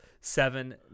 seven